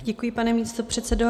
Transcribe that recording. Děkuji, pane místopředsedo.